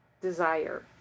Desire